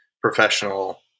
professional